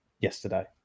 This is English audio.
yesterday